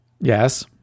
Yes